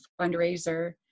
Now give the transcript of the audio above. fundraiser